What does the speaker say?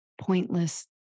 pointless